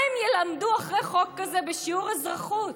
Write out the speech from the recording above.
מה הם ילמדו אחרי חוק כזה בשיעור אזרחות?